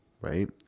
right